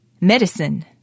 Medicine